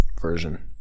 version